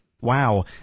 Wow